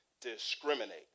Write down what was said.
discriminate